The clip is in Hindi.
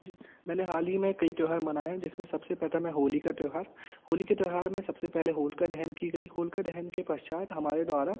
जी मैंने हाल ही में कई त्योहार मनाए हैं जिसमें सबसे प्रथम है होली का त्योहार होली के त्योहार में सबसे पहले होलिका दहन की गई होलिका दहन के पश्चात हमारे द्वारा